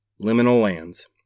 liminallands